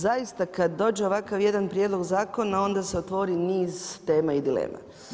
Zaista kad dođe ovakav jedan prijedlog zakona, onda se otvori niz tema i dilema.